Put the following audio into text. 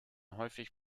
häufig